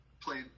Played